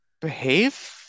behave